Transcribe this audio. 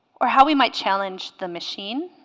or how we might challenge the machine